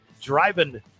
driving